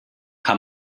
kann